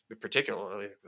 particularly